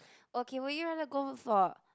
okay would you rather go for